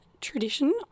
tradition